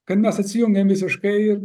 kad mes atsijungėm visiškai ir